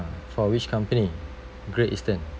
uh for which company great eastern